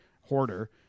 hoarder